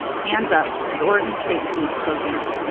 hands up, as oregon state police close in,